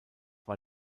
war